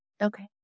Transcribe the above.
Okay